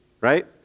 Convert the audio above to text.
right